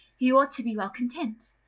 he ought to be well content.